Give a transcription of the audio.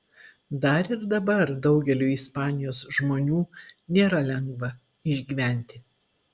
dar ir dabar daugeliui ispanijos žmonių nėra lengva išgyventi